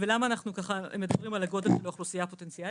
למה אנחנו מדברים על הגודל באוכלוסייה הפוטנציאלית?